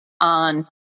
on